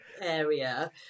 area